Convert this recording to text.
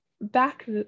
back